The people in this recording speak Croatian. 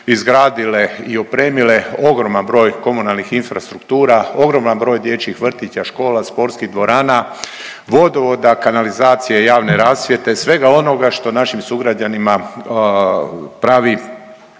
izgradile i opremile ogroman broj komunalnih infrastruktura, ogroman broj dječjih vrtića, škola, sportskih dvorana, vodovoda, kanalizacije, javne rasvjete, svega onoga što našim sugrađanima pravi